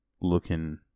Looking